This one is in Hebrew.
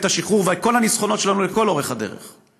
השחרור ושל כל הניצחונות שלנו לכל אורך הדרך,